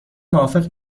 موافق